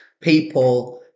people